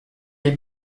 les